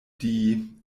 die